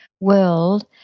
world